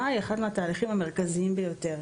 היא אחד מהתהליכים המרכזיים ביותר.